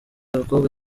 abakobwa